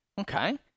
Okay